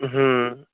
হুম